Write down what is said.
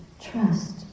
trust